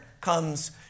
comes